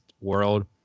world